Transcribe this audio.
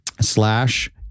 slash